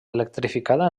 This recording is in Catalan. electrificada